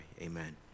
amen